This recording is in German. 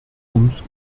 ums